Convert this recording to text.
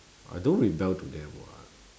I don't rebel to them [what]